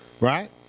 right